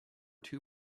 two